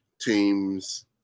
teams